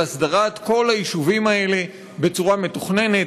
הסדרת כל היישובים האלה בצורה מתוכננת,